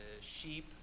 sheep